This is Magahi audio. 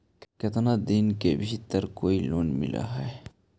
केतना दिन के भीतर कोइ लोन मिल हइ?